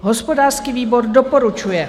Hospodářský výbor doporučuje.